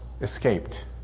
escaped